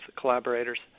collaborators